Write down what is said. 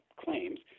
claims